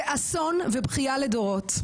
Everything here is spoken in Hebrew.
זה אסון ובכייה לדורות.